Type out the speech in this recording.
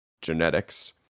genetics